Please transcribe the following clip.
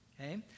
Okay